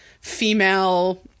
female